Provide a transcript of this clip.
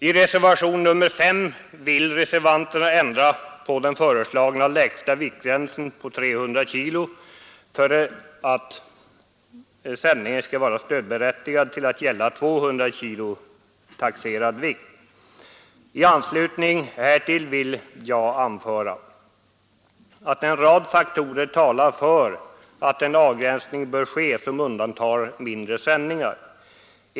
I reservationen 5 vill reservanterna ändra den föreslagna lägsta viktgränsen på 300 kg för att sändningen skall vara stödberättigad till att gälla 200 kg taxerad vikt. I anslutning härtill vill jag anföra att en rad faktorer talar för att en avgränsning bör ske, som undantar mindre sändningar.